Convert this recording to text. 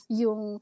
yung